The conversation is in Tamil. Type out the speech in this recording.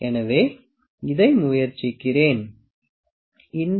எனவே இதை முயற்சிக்கிறேன் இந்த அளவு 1